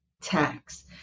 tax